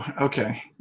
okay